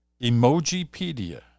Emojipedia